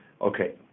Okay